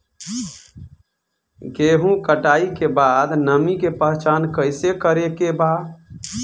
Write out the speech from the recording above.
गेहूं कटाई के बाद नमी के पहचान कैसे करेके बा?